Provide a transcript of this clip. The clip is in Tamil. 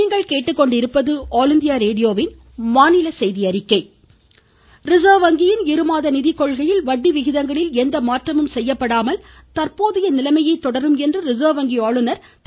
ம் ம் ம் ம் ம ரிசர்வ் வங்கி ரிசர்வ் வங்கியின் இருமாத நிதிக்கொள்கையில் வட்டி விகிதங்களில் எந்த மாற்றமும் செய்யப்படாமல் தற்போதைய நிலையே தொடரும் என்று ரிசர்வ் வங்கி ஆளுநர் திரு